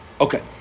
Okay